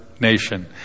nation